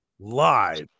live